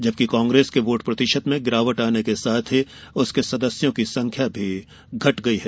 जबकि कांग्रेस के वोट प्रतिशत में गिरावट आने के साथ ही उसके सदस्यों की संख्या भी घट गई है